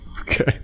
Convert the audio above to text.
Okay